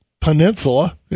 Peninsula